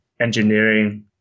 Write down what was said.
engineering